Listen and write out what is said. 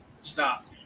stop